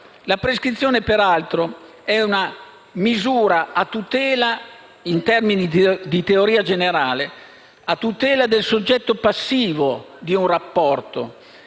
La prescrizione, peraltro, è una misura, in termini di teoria generale, a tutela del soggetto passivo di un rapporto